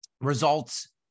results